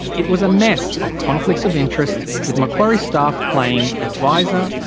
it was a mess of conflicts of interest, with macquarie staff playing adviser,